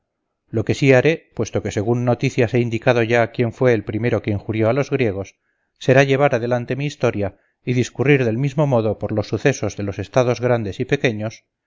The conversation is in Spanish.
lo que sí haré puesto que según noticias he indicado ya quién fue el primero que injurió a los griegos será llevar adelante mi historia y discurrir del mismo modo por los sucesos de los estados grandes y pequeños